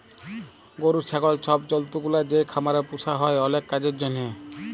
গরু, ছাগল ছব জল্তুগুলা যে খামারে পুসা হ্যয় অলেক কাজের জ্যনহে